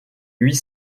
huit